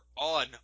on